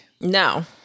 No